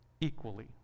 equally